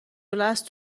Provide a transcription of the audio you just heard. الاصل